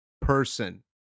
person